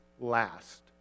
last